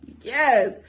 Yes